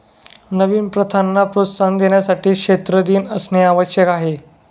नवीन प्रथांना प्रोत्साहन देण्यासाठी क्षेत्र दिन असणे आवश्यक आहे